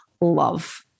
love